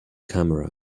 camera